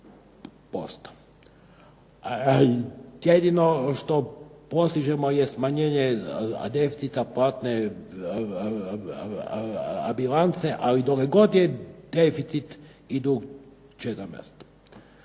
100%. Jedino što postižemo je smanjenje deficita platne bilance, ali dokle god je deficit i dug 14.